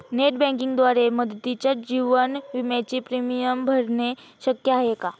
Net बँकिंगद्वारे मुदतीच्या जीवन विम्याचे प्रीमियम भरणे शक्य आहे का?